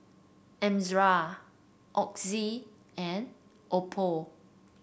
Ezerra Oxy and Oppo